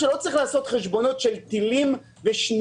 לא צריך לעשות חשבונות של טילים ושניות.